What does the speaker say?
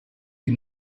die